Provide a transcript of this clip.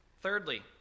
Thirdly